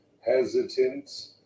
hesitant